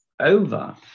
over